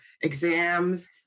exams